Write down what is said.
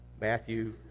Matthew